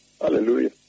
Hallelujah